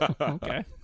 Okay